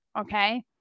Okay